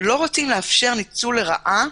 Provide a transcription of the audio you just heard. לא רוצים לאפשר ניצול לרעה